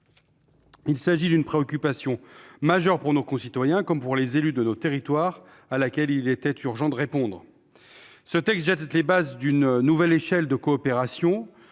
Il s'agit d'une préoccupation majeure pour nos concitoyens, comme pour les élus de nos territoires, à laquelle il est urgent de répondre. Ce texte jette les bases d'une nouvelle échelle de coopération.